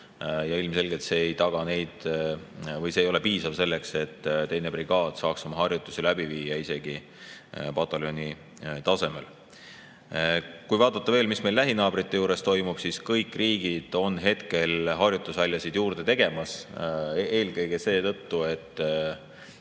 Ilmselgelt see ei ole piisav selleks, et 2. brigaad saaks oma harjutusi läbi viia isegi pataljoni tasemel. Kui vaadata veel, mis meie lähinaabrite juures toimub, siis kõik riigid on hetkel harjutusväljasid juurde tegemas, eelkõige seetõttu, et